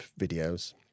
videos